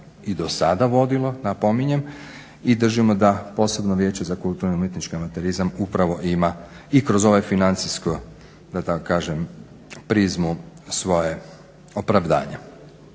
i dosada vodilo, napominjem, i držimo da posebno Vijeće za kulturno-umjetnički amaterizam upravo ima i kroz ovu financijsku da tako kažem prizmu svoje opravdanje.